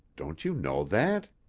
don't you know that?